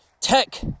tech